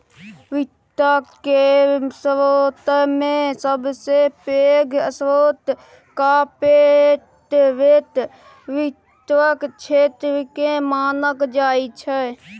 वित्त केर स्रोतमे सबसे पैघ स्रोत कार्पोरेट वित्तक क्षेत्रकेँ मानल जाइत छै